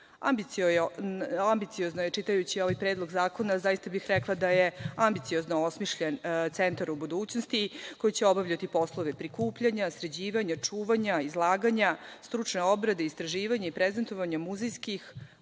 pravde. Ambiciozno je, čitajući ovaj Predlog zakona, zaista bih rekla da je ambiciozno osmišljen centar u budućnosti koji će obavljati poslove prikupljanja, sređivanja, čuvanja, izlaganja, stručne obrade, istraživanja i prezentovanja muzejskih,